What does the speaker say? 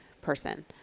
person